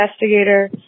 investigator